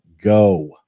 go